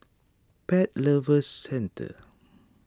Pet Lovers Centre